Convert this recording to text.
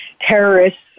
terrorists